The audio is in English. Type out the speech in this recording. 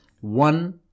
one